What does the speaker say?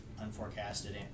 unforecasted